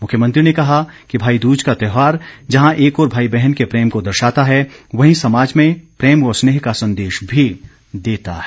मुख्यमंत्री ने कहा कि भाई दूज का त्यौहार जहां एक ओर भाई बहन के प्रेम को दर्शाता है वहीं समाज में प्रेम व स्नेह का संदेश भी देता है